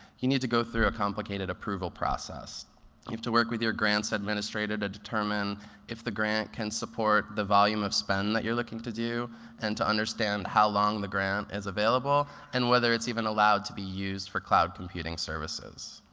you need to go through a complicated approval process. you have to work with your grant's administrator to determine if the grant can support the volume of spend that you're looking to do and to understand how long the grant is available and whether it's even allowed to be used for cloud computing services.